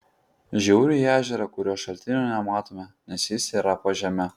žiūriu į ežerą kurio šaltinio nematome nes jis yra po žeme